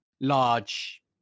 large